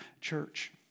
church